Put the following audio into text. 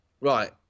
Right